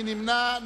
מי נמנע?